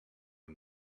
and